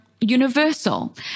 universal